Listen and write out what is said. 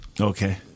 Okay